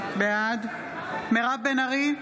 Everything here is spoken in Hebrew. בעד מירב בן ארי,